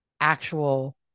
actual